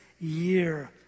year